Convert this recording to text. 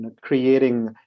creating